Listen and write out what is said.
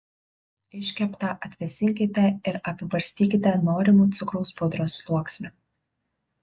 iškeptą atvėsinkite ir apibarstykite norimu cukraus pudros sluoksniu